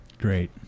Great